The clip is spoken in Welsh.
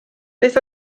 beth